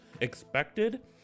expected